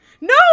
No